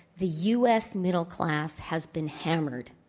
the u. s. middle class has been hammered.